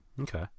Okay